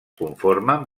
conformen